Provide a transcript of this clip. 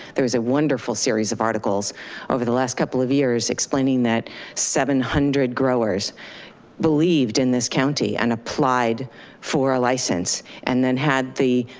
there was a wonderful series of articles over the last couple of years explaining that seven hundred growers believed in this county and applied for a license and then had the,